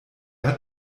hat